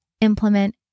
implement